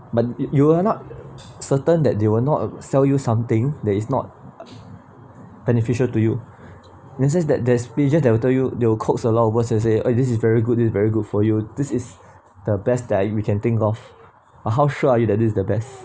but you are not certain that they will not sell you something that is not beneficial to you then says that there's agents that tell you they will coax a lot of words and say okay this is very good this is very good for you this is the best that we can think of uh how sure are you that this is the best